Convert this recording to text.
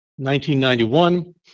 1991